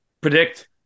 Predict